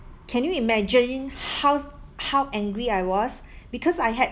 can you imagine how how angry I was because I had to